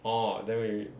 orh then we